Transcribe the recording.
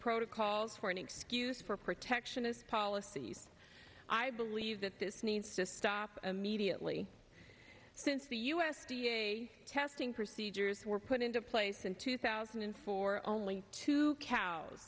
protocols for an excuse for protectionist policies i believe that this needs to stop immediately since the u s d a testing procedures were put into place in two thousand and four only two cows